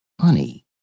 Honey